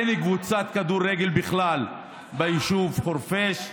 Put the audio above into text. אין לי קבוצת כדורגל בכלל ביישוב חורפיש,